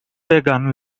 pagan